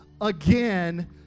again